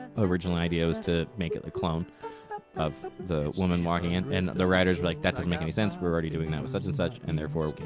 original idea was to make it the clone of the woman walking in. and the writers were like, that doesn't make any sense, we're already doing that with such and such. and therefore,